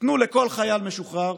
תנו לכל חייל משוחרר,